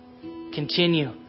Continue